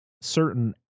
certain